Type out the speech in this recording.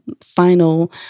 final